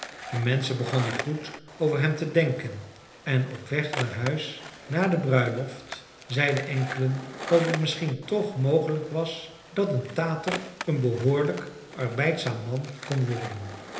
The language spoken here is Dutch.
de menschen begonnen goed over hem te denken en op weg naar huis na de bruiloft zeiden enkelen dat het misschien toch mogelijk was dat een tater een behoorlijk arbeidzaam man kon worden